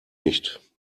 nicht